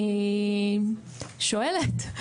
אני שואלת: